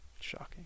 Shocking